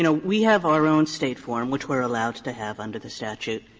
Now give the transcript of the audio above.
you know we have our own state form which we're allowed to have under the statute.